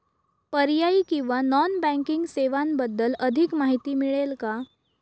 पर्यायी किंवा non banking सेवांबद्दल अधिक माहिती मिळेल का?